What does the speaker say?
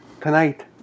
Tonight